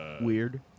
Weird